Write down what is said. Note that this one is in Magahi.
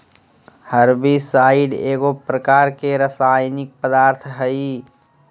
हर्बिसाइड एगो प्रकार के रासायनिक पदार्थ हई